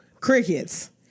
Crickets